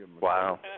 Wow